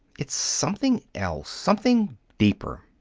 it's something else something deeper.